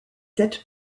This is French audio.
sept